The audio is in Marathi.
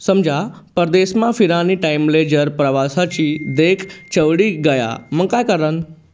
समजा परदेसमा फिरानी टाईमले जर प्रवासी चेक दवडी गया मंग काय करानं?